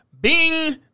Bing